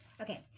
Okay